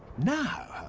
now,